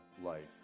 life